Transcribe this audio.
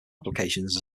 applications